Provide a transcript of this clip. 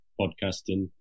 podcasting